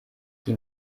die